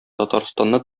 татарстанны